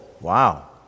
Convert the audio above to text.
wow